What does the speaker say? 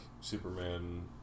Superman